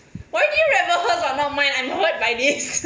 why do you remember hers but not mine I'm hurt by this